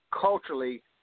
culturally